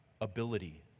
ability